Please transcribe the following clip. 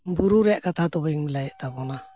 ᱵᱩᱨᱩ ᱨᱮᱭᱟᱜ ᱠᱟᱛᱷᱟ ᱛᱚᱵᱮᱧ ᱞᱟᱹᱭᱮᱫ ᱛᱟᱵᱚᱱᱟ